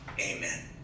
Amen